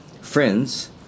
Friends